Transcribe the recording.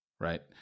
right